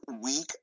week